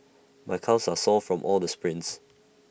my calves are sore from all the sprints